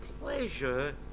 pleasure